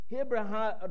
Abraham